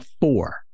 four